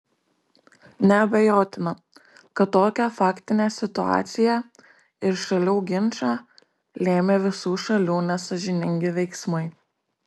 neabejotina kad tokią faktinę situaciją ir šalių ginčą lėmė visų šalių nesąžiningi veiksmai